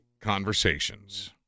conversations